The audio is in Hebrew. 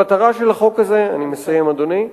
המטרה של החוק הזה, אני מסיים, אדוני,